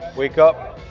wake up,